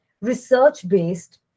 research-based